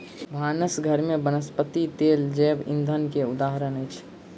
भानस घर में वनस्पति तेल जैव ईंधन के उदाहरण अछि